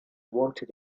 wanted